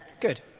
Good